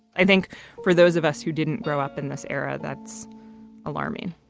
i think for those of us who didn't grow up in this era, that's alarming